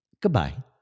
Goodbye